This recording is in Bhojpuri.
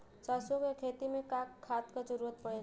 सरसो के खेती में का खाद क जरूरत पड़ेला?